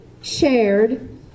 shared